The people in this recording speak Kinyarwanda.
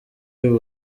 y’u